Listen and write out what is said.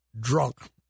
drunk